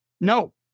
No